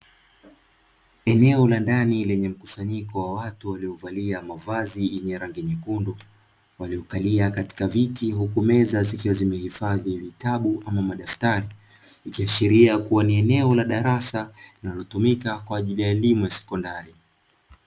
Eneo la ndani lenye mkusanyiko wa watu waliovalia mavazi yenye rangi nyekundu, waliokalia katika viti huku meza zikiwa zimehifadhi vitabu ama madaftari, ikiashiria kuwa ni eneo la darasa linalotumika kwa ajili ya elimu ya sekondari.